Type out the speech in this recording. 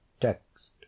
TEXT